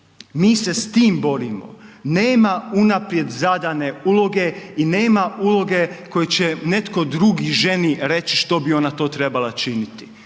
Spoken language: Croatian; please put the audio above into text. Mi se s tim borimo. Nema unaprijed zadane uloge i nema uloge koju će netko drugi ženi reći što bi ona to trebala činiti.